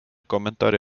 kommentaari